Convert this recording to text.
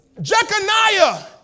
Jeconiah